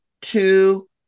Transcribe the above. two